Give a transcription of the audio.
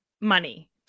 money